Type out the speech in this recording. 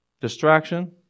distraction